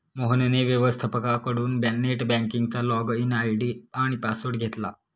मोहनने व्यवस्थपकाकडून नेट बँकिंगचा लॉगइन आय.डी आणि पासवर्ड घेतला